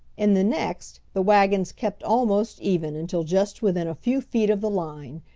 in the next the wagons kept almost even until just within a few feet of the line,